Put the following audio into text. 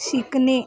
शिकणे